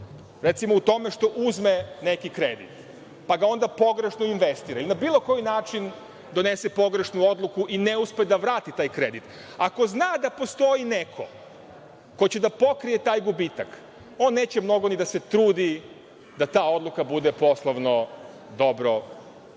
recimo, u tome što uzme neki kredit, pa ga onda pogrešno investira i na bilo koji način donese pogrešnu odluku i ne uspe da vrati taj kredit, ako zna da postoji neko ko će da pokrije taj gubitak, on neće mnogo ni da se trudi da ta oluka bude poslovno dobro utemeljena